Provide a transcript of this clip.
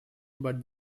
but